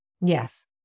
Yes